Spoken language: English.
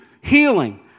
healing